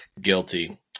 Guilty